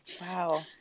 wow